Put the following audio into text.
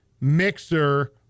mixer